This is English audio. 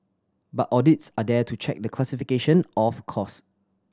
but audits are there to check the classification of cost